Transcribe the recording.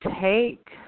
take